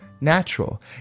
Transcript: natural